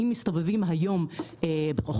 אם מסתובבים ברחובות,